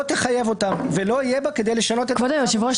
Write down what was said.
תחייב אותם ולא יהיה בה כדי לשנות -- כבוד היושב-ראש,